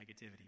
negativity